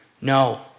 no